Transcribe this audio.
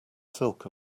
silk